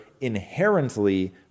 inherently